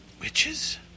Witches